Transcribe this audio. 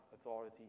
authority